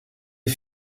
est